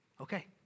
okay